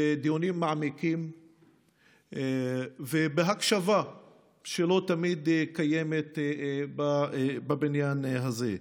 דיונים מעמיקים והקשבה שלא תמיד קיימת בבניין הזה.